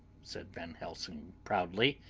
said van helsing proudly.